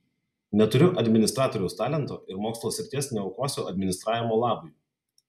neturiu administratoriaus talento ir mokslo srities neaukosiu administravimo labui